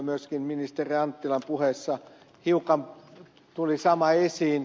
myöskin ministeri anttilan puheessa hiukan tuli sama esiin